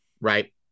right